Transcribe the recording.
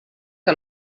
que